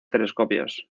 telescopios